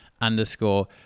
underscore